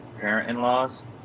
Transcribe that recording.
parent-in-laws